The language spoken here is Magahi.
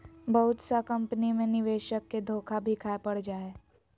बहुत सा कम्पनी मे निवेशक के धोखा भी खाय पड़ जा हय